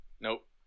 Nope